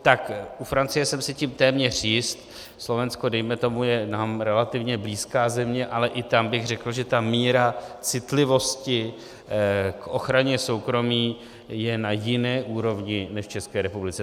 Tak u Francie jsem si tím téměř jist, Slovensko dejme tomu je nám relativně blízká země, ale i tam bych řekl, že míra citlivosti k ochraně soukromí je na jiné úrovni než v České republice.